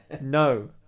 no